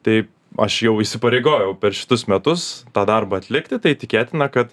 tai aš jau įsipareigojau per šitus metus tą darbą atlikti tai tikėtina kad